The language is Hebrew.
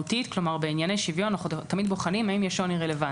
בענייני שוויון אנחנו תמיד בוחנים האם יש שוני רלוונטי.